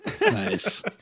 Nice